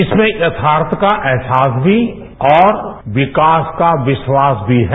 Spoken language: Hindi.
इसमें यथार्थ का एहसास भी और विकास का विश्वास भी है